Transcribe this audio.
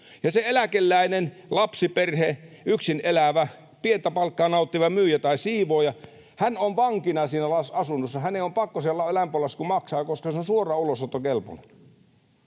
ja se eläkeläinen, lapsiperhe, yksin elävä, pientä palkkaa nauttiva myyjä tai siivooja. Hän on vankina siinä asunnossa, hänen on pakko se lämpölasku maksaa, koska se on suoraan ulosottokelpoinen.